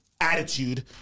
attitude